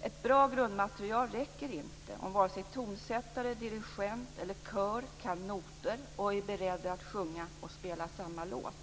Ett bra grundmaterial räcker inte om vare sig tonsättare, dirigent eller kör kan noter och är beredda att sjunga och spela samma låt.